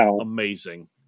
amazing